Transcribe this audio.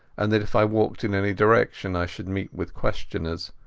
and that if i walked in any direction i should meet with questioners.